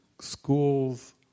schools